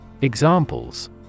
Examples